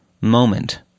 moment